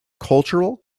cultural